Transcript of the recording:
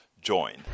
join